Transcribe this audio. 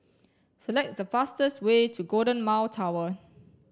select the fastest way to Golden Mile Tower